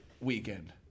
weekend